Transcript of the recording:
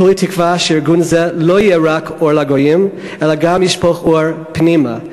כולי תקווה שארגון זה לא יהיה רק אור לגויים אלא גם ישפוך אור פנימה,